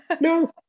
no